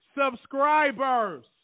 subscribers